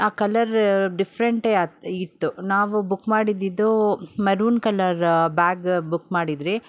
ಆ ಕಲರ್ ಡಿಫ್ರೆಂಟೇ ಅತು ಇತ್ತು ನಾವು ಬುಕ್ ಮಾಡಿದ್ದಿದ್ದು ಮೆರೂನ್ ಕಲರ್ ಬ್ಯಾಗ್ ಬುಕ್ ಮಾಡಿದ್ವಿ